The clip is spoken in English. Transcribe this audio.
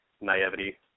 naivety